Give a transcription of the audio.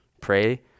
pray